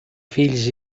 fills